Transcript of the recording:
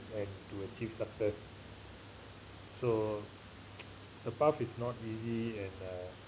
and to achieve success so the path is not easy and uh